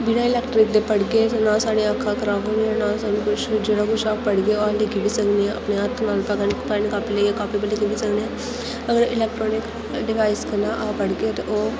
बिना इलैक्ट्रिक दे पढ़गे ते ना साढ़ी अक्खां खराब होनियां नां सानूं कुछ जेहड़ा कुछ अस पढ़गे ओह् अस लिक्खी सकने आं अपने आप गी पैन्न कापी लेइयै कापी पर लिखी बी सकने आं अगर इलैक्ट्रानिक डिवाइस कन्नै अह् पढ़गे ते ओह्